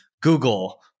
Google